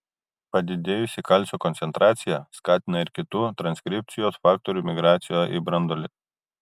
padidėjusi kalcio koncentracija skatina ir kitų transkripcijos faktorių migraciją į branduolį